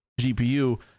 GPU